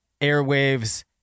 airwaves